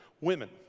Women